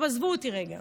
עכשיו, עזבו אותי רגע,